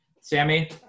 Sammy